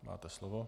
Máte slovo.